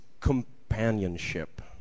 companionship